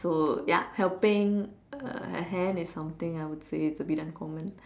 so ya helping a hand is something I would say is a bit uncommon